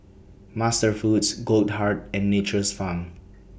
MasterFoods Goldheart and Nature's Farm